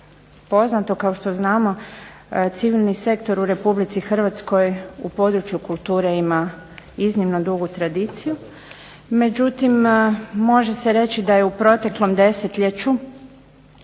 poznato, kao što znamo civilni sektor u Republici Hrvatskoj u području kulture ima iznimno dugu tradiciju. Međutim, može se reći da je u proteklom desetljeću